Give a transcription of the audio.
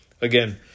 again